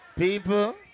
People